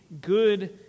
good